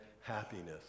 happiness